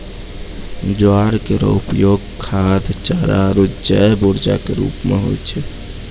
ज्वार केरो उपयोग खाद्य, चारा आरु जैव ऊर्जा क रूप म होय छै